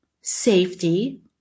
safety